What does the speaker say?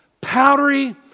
powdery